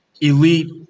elite